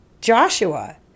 Joshua